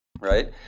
Right